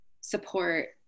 support